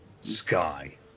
Sky